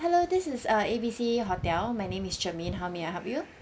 hello this is uh A B C hotel my name is germaine how may I help you